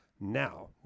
now